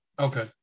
Okay